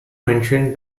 mentioned